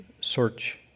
Search